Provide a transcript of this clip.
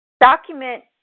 Document